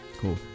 Cool